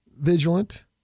vigilant